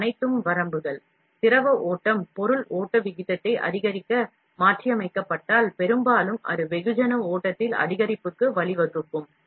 இவை அனைத்தும் வரம்புகள் ஆகும் திரவ ஓட்டம் பொருள் ஓட்ட விகிதத்தை அதிகரிக்க மாற்றியமைக்கப்பட்டால் பெரும்பாலும் அது வெகுஜன ஓட்டத்தில் அதிகரிப்புக்கு வழிவகுக்கும்